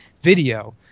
video